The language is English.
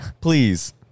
please